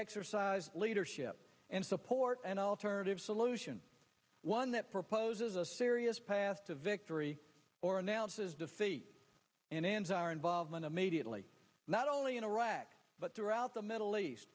exercise leadership and support an alternative solution one that proposes a serious path to victory or announces the feet and hands our involvement immediately not only in iraq but throughout the middle east